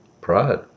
pride